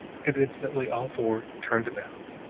and instantly all four turned about,